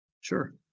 Sure